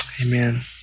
Amen